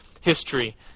history